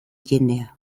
jendea